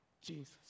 Jesus